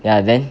ya then